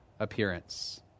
appearance